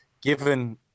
given